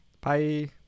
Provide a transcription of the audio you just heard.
Bye